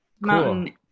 Mountain